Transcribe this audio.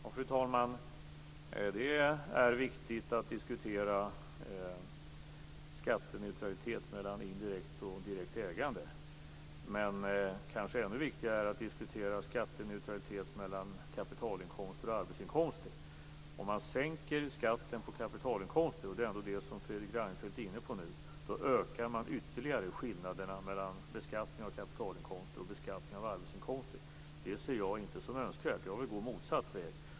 Fru talman! Det är viktigt att diskutera skatteneutralitet mellan indirekt och direkt ägande. Kanske ännu viktigare är att diskutera skatteneutralitet mellan kapitalinkomster och arbetsinkomster. Om man sänker skatten på kapitalinkomster - det är ändå det som Fredrik Reinfeldt är inne på nu - ökar man ytterligare skillnaden mellan beskattning av kapitalinkomster och beskattning av arbetsinkomster. Det ser jag inte som önskvärt. Jag vill gå motsatt väg.